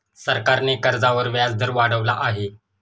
सरकारने कर्जावर व्याजदर वाढवला आहे